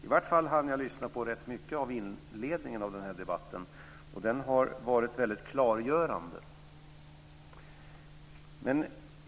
I vart fall hann jag lyssna på rätt mycket av inledningen av den här debatten, och den har varit väldigt klargörande.